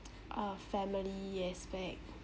a family you expect